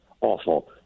awful